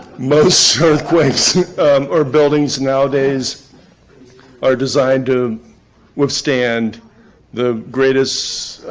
most earthquakes or, buildings nowadays are designed to withstand the greatest